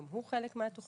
גם הוא חלק מהתוכנית